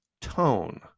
tone